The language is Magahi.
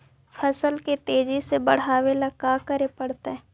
फसल के तेजी से बढ़ावेला का करे पड़तई?